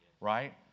right